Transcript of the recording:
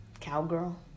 Cowgirl